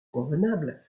convenable